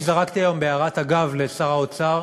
אז זרקתי היום בהערת אגב לשר האוצר